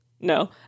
no